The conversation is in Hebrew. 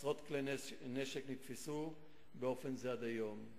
עשרות כלי-נשק נתפסו באופן זה עד היום.